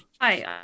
Hi